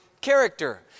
character